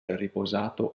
riposato